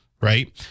right